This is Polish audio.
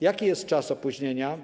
Jaki jest czas opóźnienia?